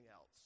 else